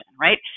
right